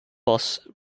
bus